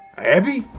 abby?